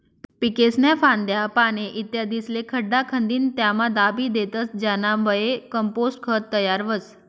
पीकेस्न्या फांद्या, पाने, इत्यादिस्ले खड्डा खंदीन त्यामा दाबी देतस ज्यानाबये कंपोस्ट खत तयार व्हस